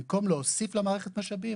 במקום להוסיף למערכת משאבים,